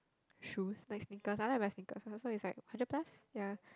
shoe like sneakers I like buy sneakers also is like hundred plus ya